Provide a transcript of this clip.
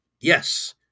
yes